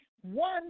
one